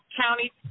county